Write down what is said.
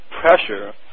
pressure